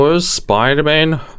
Spider-Man